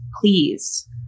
please